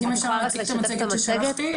אז אם אפשר להציג את המצגת ששלחתי.